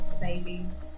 babies